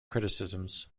criticisms